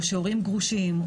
או שההורים גרושים,